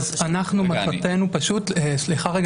סליחה,